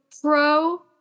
pro